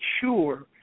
sure